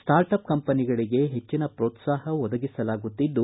startup ಕಂಪನಿಗಳಿಗೆ ಹೆಚ್ಚಿನ ಪೋತ್ಲಾಹ ಒದಗಿಸಲಾಗುತ್ತಿದ್ದು